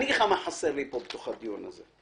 אני אגיד לך מה חסר לי פה בתוך הדיון הזה.